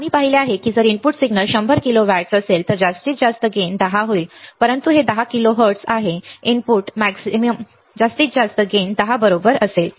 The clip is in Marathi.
आम्ही पाहिले आहे की जर इनपुट सिग्नल 100 किलो वॅट्स असेल तर जास्तीत जास्त लाभ 10 होईल परंतु हे 10 किलो हर्ट्झ आहे इनपुट कमाल लाभ 10 बरोबर असेल